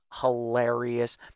hilarious